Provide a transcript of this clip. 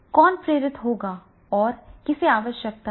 कौन प्रेरित होगा और किसे आवश्यकता है